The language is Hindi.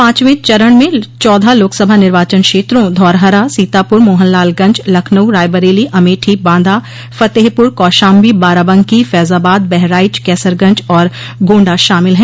पांचवें चरण में चौदह लोकसभा निर्वाचन क्षेत्रों धौरहरा सीतापुर मोहनलालगंज लखनऊ रायबरेली अमेठी बांदा फतेहपुर कौशाम्बी बाराबंकी फैज़ाबाद बहराइच कैसरगंज और गोण्डा शामिल हैं